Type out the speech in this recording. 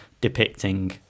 depicting